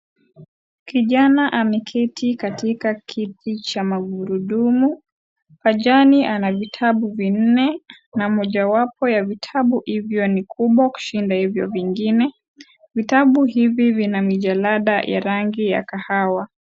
Kijana ameketi katika kiti cha magurudumu. Pajani ana vitabu vinne na mojawapo ya vitabu hivyo ni kubwa kushinda hivyo vingine. Vitabu hivi vina mijalada ya rangi ya kahawa.